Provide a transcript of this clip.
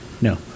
No